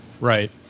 Right